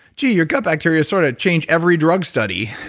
gee. your gut bacteria sort of changed every drug study.